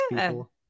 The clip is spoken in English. people